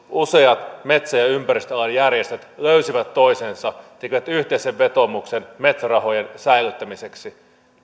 useat metsä ja ympäristöalan järjestöt löysivät toisensa tekivät yhteisen vetoomuksen metso rahojen säilyttämiseksi